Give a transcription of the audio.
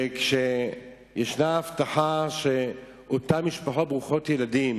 וכשיש הבטחה שאותן משפחות ברוכות ילדים